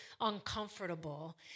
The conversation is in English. uncomfortable